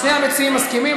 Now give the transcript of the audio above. אז שני המציעים מסכימים,